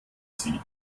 sie